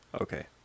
okay